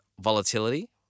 volatility